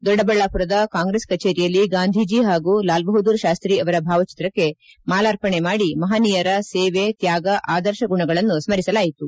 ದೊಡ್ಡಬಳ್ಳಾಪುರದ ಕಾಂಗ್ರೆಸ್ ಕಚೇರಿಯಲ್ಲಿ ಗಾಂಧೀಜಿ ಹಾಗೂ ಲಾಲ್ ಬಹುದ್ದೂರ್ಯಾಸ್ತಿ ಅವರ ಭಾವಚಿತ್ರಕ್ಕೆ ಮಾಲಾರ್ಪಣೆ ಮಾಡಿ ಮಹನೀಯರ ಸೇವೆ ತ್ಯಾಗ ಆದರ್ಶ ಗುಣಗಳನ್ನು ಸ್ಮರಿಸಲಾಯಿತು